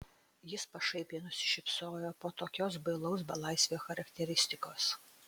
jis pašaipiai nusišypsojo po tokios bailaus belaisvio charakteristikos